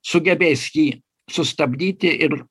sugebės jį sustabdyti ir